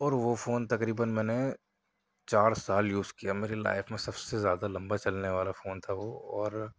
اور وہ فون تقریباً میں نے چار سال یوز کیا مجھے لائف میں سب سے زیادہ لمبا چلنے والا فون تھا وہ اور